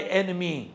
enemy